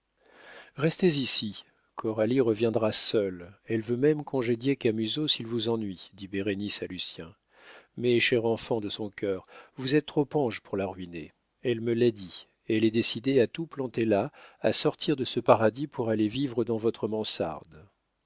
restez ici coralie reviendra seule elle veut même congédier camusot s'il vous ennuie dit bérénice à lucien mais cher enfant de son cœur vous êtes trop ange pour la ruiner elle me l'a dit elle est décidée à tout planter là à sortir de ce paradis pour aller vivre dans votre mansarde